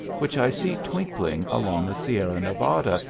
which i see twinkling along the sierra nevada,